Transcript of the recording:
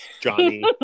Johnny